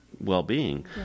well-being